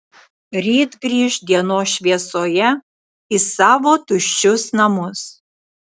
ryt grįš dienos šviesoje į savo tuščius namus